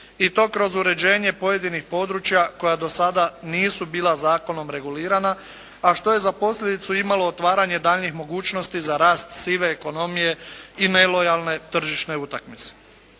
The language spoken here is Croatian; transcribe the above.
i to kroz uređenje pojedinih područja koja do sada nisu bila zakonom regulirana, a što je za posljedicu imalo otvaranje daljnjih mogućnosti za rast sive ekonomije i nelojalne tržišne utakmice.